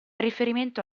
riferimento